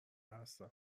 هستم